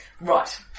Right